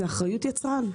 זו אחריות יצרן.